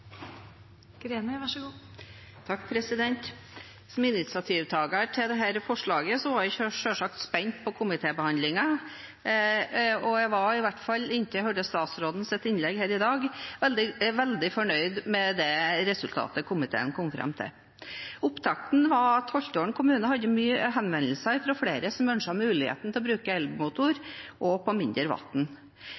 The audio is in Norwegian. Som initiativtaker til dette forslaget var jeg selvsagt spent på komitébehandlingen, og jeg var – i hvert fall inntil jeg hørte statsrådens innlegg her i dag – veldig fornøyd med det resultatet komiteen kom fram til. Opptakten var at Holtålen kommune hadde mange henvendelser fra flere som ønsket mulighet til å bruke